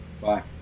Bye